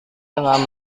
dengan